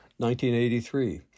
1983